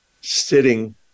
sitting